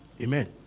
Amen